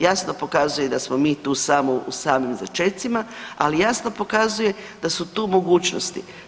Jasno pokazuje da smo mi tu samo, u samim začecima, ali jasno pokazuje da su tu mogućnosti.